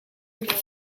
morning